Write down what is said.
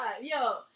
Yo